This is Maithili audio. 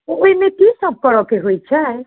ओहिमे की सब करैके होइत छै